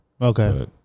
okay